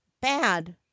bad